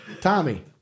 tommy